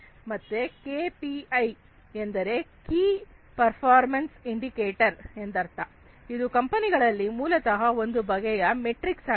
ಮತ್ತೆ ಕೆಪಿಐ ಎಂದರೆ key performance indicator ಎಂದರ್ಥ ಇದು ಕಂಪನಿಗಳಲ್ಲಿ ಮೂಲತಃ ಒಂದು ಬಗೆಯ ಮೆಟ್ರಿಕ್ಸ್ ಆಗಿದೆ